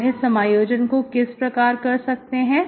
हम इस समायोजन को किस प्रकार कर सकते हैं